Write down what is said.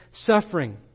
suffering